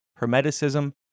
Hermeticism